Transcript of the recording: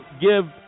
give